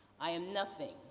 i am nothing.